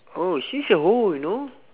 oh she's a hoe you know